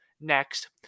next